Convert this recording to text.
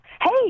hey